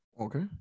Okay